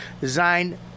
design